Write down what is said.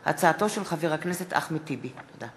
של חבר הכנסת אחמד טיבי בנושא: הריסת בתים בעיר קלנסואה.